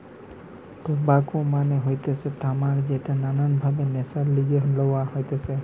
tobacco মানে হতিছে তামাক যেটা নানান ভাবে নেশার লিগে লওয়া হতিছে